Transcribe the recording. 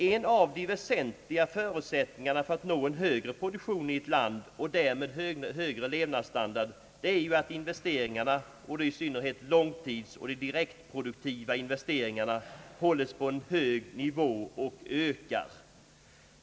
En av de väsentliga förutsättningarna för att nå en högre produktion i ett land och därmed högre levnadsstandard är att investeringarna, och då i synnerhet långtidsoch de direktproduktiva investeringarna, hålles på en hög nivå och ökar.